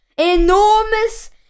enormous